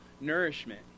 nourishment